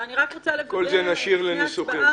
את כל זה נשאיר לניסוח.